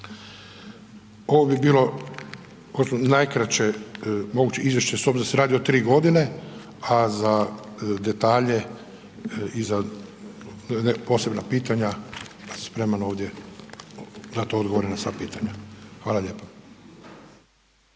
Ovo bi bilo najkraće moguće izvješće s obzirom da se radi o tri godine, a za detalje i za posebna pitanja, spreman ovdje dat odgovore na sva pitanja. Hvala lijepo.